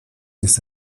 ist